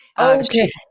Okay